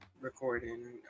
recording